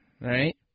right